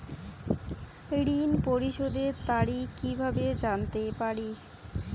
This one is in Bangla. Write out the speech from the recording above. ঋণ পরিশোধের তারিখ কিভাবে জানতে পারি?